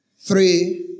three